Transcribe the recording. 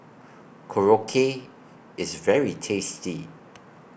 Korokke IS very tasty